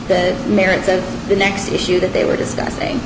the merits of the next issue that they were discussing